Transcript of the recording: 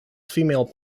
female